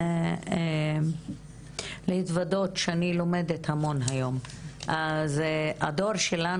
ולפעמים מנסות לבקש עזרה מהבנות או הילדים שלנו.